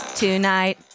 tonight